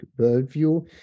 worldview